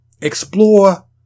Explore